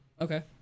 Okay